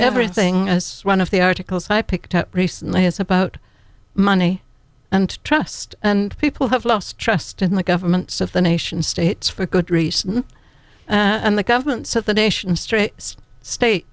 everything as one of the articles i picked up recently is about money and trust and people have lost trust in the governments of the nation states for good reason and the governments of the